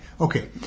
okay